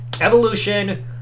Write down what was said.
Evolution